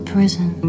prison